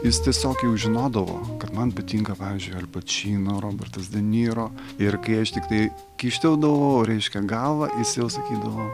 jis tiesiog jau žinodavo kad man patinka pavyzdžiui al pačino robertas de niro ir kai aš tiktai kyšteldavau reiškia galvą jis jau sakydavo